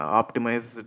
optimize